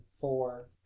Four